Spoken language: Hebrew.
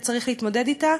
וצריך להתמודד אתה,